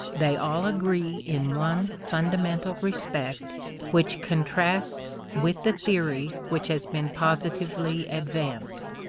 they all agree in one fundamental respect which contrasts with the theory which has been positively advanced.